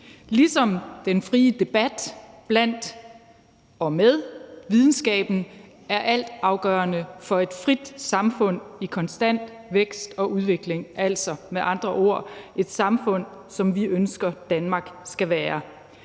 ligesom den frie debat blandt og med videnskaben er altafgørende for et frit samfund i konstant vækst og udvikling; altså med andre ord: et samfund, som vi ønsker at Danmark skal være.